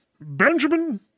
Benjamin